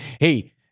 hey